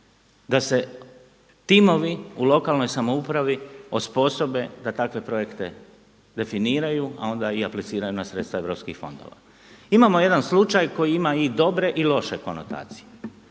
da se timovi u lokalnoj samoupravi osposobe da takve projekte definiraju, a onda i apliciraju na sredstva EU fondova. Imamo jedan slučaj koji ima i dobre i loše konotacije.